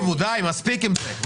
די, מספיק עם זה.